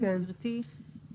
גברתי,